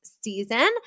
season